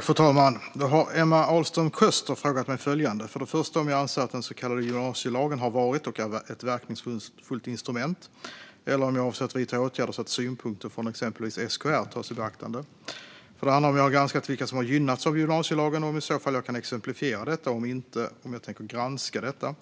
Fru talman! Emma Ahlström Köster har frågat mig följande: För det första om jag anser att den så kallade gymnasielagen har varit och är ett verkningsfullt instrument eller om jag avser att vidta åtgärder så att synpunkter från exempelvis SKR tas i beaktande. För det andra om jag har granskat vilka som har gynnats av gymnasielagen och om jag i så fall kan exemplifiera detta och, om inte, om jag tänker granska detta.